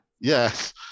Yes